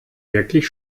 wirklich